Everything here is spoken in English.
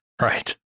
right